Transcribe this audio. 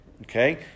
Okay